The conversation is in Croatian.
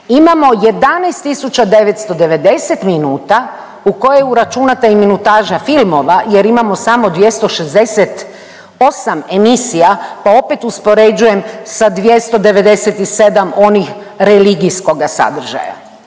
imamo 11.990 minuta u koje je uračunata i minutaža filmova jer imamo samo 268 emisija pa opet uspoređujem sa 297 onih religijskoga sadržaja.